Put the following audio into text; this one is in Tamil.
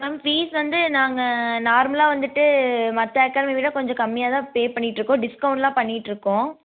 மேம் ஃபீஸ் வந்து நாங்கள் நார்மலாக வந்துட்டு மற்ற அகாடமி விட கொஞ்சம் கம்மியாகதான் பே பண்ணிகிட்ருக்கோம் டிஸ்கௌண்டெல்லாம் பண்ணிகிட்ருக்கோம்